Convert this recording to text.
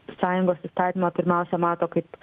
sąjungos įstatymą pirmiausia mato kaip